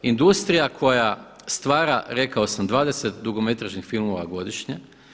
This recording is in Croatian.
Industrija koja stvara rekao sam 20 dugometražnih filmova godišnje.